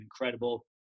incredible